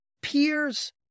peers